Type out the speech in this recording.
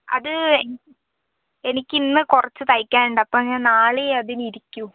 അത് എനിക്കിന്ന് കുറച്ച് തയ്ക്കാനുണ്ട് അപ്പം ഞാൻ നാളെ അതിനിരിക്കൂ